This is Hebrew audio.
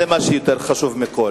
זה מה שחשוב יותר מכול.